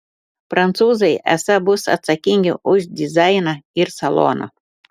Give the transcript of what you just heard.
prancūzai esą bus atsakingi už dizainą ir saloną